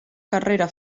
carrera